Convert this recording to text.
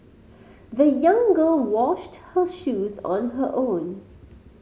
the young girl washed her shoes on her own